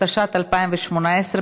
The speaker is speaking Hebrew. התשע"ט 2018,